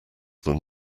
than